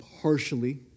partially